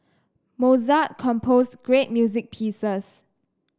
Mozart composed great music pieces